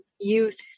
youth